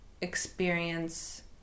experience